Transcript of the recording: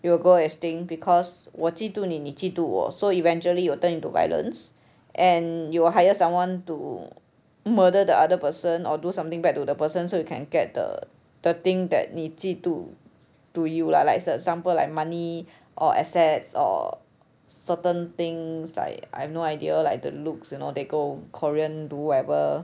you will go extinct because 我嫉妒你你嫉妒我 so eventually you turn into violence and you will hire someone to murder the other person or do something bad to the person so you can get the the thing that 你嫉妒 to you lah like it's the example like money or assets or certain things like I have no idea like the looks you know they go korean do whatever